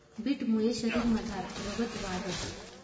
बीटमुये शरीरमझार रगत वाढंस